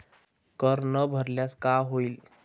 कर न भरल्यास काय होईल?